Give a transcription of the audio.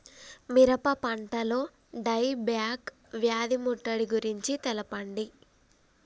మిరప పంటలో die back వ్యాధి ముట్టడి గురించి తెల్పండి?